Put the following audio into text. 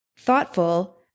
Thoughtful